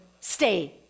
stay